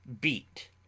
Beat